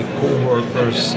co-workers